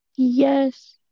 Yes